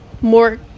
more